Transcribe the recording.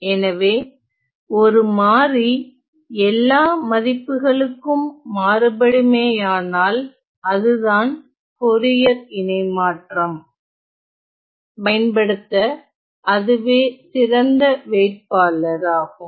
எனவே ஒரு மாறி எல்லா மதிப்பு களுக்கும் மறுபடுமேயானால் அதுதான் போரியர் இணைமாற்றம் பயன்படுத்த அதுவே சிறந்த வேட்பாளர் ஆகும்